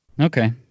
okay